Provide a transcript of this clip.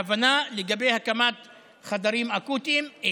והייתה הבנה לגבי הקמת חדרים אקוטיים,